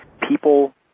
people